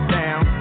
down